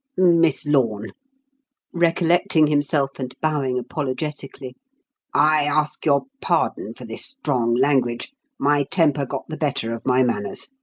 miss lorne recollecting himself and bowing apologetically i ask your pardon for this strong language my temper got the better of my manners.